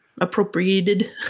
appropriated